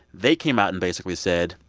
they came out, and basically said,